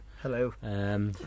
Hello